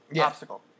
obstacle